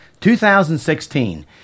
2016